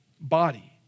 body